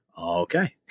okay